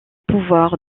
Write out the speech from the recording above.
pouvoir